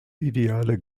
ideale